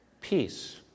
peace